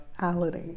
reality